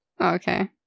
okay